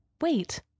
Wait